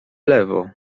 lewo